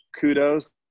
kudos